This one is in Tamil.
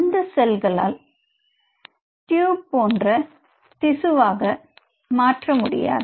அந்த செல்களால் டியூப் போன்ற திசுவாக மாற முடியாது